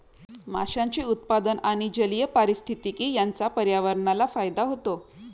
माशांचे उत्पादन आणि जलीय पारिस्थितिकी यांचा पर्यावरणाला फायदा होतो